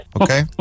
Okay